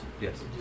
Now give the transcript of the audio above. Yes